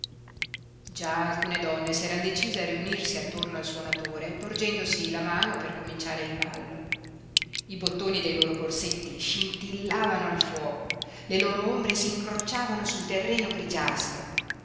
già alcune donne s'eran decise a riunirsi attorno al suonatore porgendosi la mano per cominciare il ballo i bottoni dei loro corsetti scintillavano al fuoco le loro ombre s'incrociavano sul terreno grigiastro